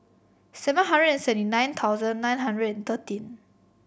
seven hundred seventy nine thousand nine hundred and thirteen